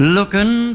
Looking